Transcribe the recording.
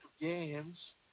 games